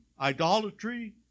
idolatry